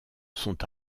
sont